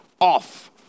off